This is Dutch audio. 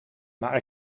maar